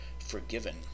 forgiven